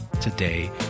today